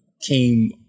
came